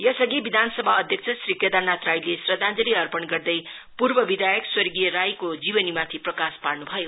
यसअघि विधानसभा अध्यक्ष श्री केदरनाथ राईले श्रद्धाञ्जलि अर्पण गर्दै पूर्व विधायक स्वर्गीय राईको जीवनीमाथि प्रकाश पार्न भयो